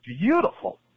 beautiful